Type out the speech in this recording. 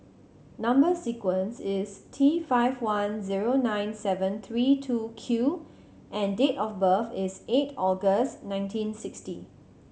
number sequence is T five one zero nine seven three two Q and date of birth is eight August nineteen sixty